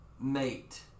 Mate